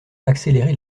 accélérer